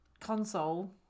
console